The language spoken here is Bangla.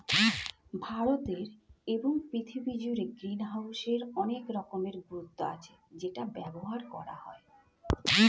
ভারতে এবং পৃথিবী জুড়ে গ্রিনহাউসের অনেক রকমের গুরুত্ব আছে যেটা ব্যবহার করা হয়